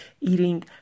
eating